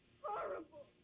Horrible